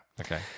Okay